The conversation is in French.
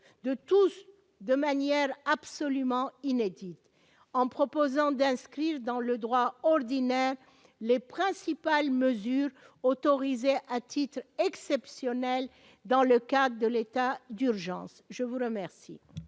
de manière absolument inédite en proposant d'inscrire dans le droit ordinaire, les principales mesures autorisées à titre exceptionnel, dans le cas de l'état d'urgence, je vous remercie.